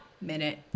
minute